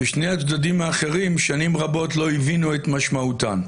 ששני הצדדים האחרים שנים רבות לא הבינו את משמעותן,